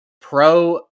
pro